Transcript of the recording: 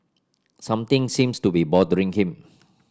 something seems to be bothering him